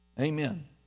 Amen